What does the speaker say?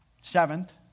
seventh